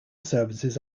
services